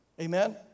Amen